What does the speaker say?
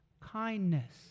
Kindness